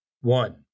one